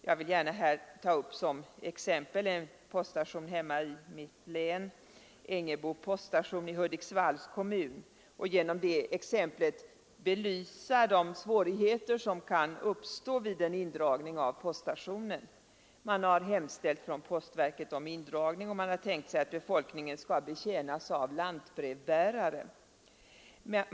Jag vill gärna som exempel ta en poststation i mitt hemlän, Ängebo poststation i Hudiksvalls kommun, och genom detta exempel belysa de svårigheter som kan uppstå vid en indragning av poststationen. Postverket har hemställt om indragning och tänkt sig att befolkningen skall betjänas av lantbrevbärare.